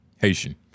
Haitian